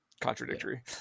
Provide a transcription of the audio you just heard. contradictory